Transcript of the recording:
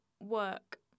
work